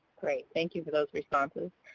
great. thank you for those responses.